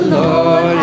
Lord